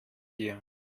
dir